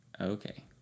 Okay